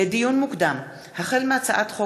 לדיון מוקדם: החל מהצעת חוק